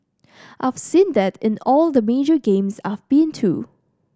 I've seen that in all the major games I've been too